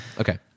Okay